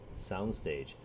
Soundstage